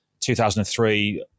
2003